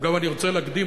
אני רוצה להקדים,